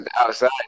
outside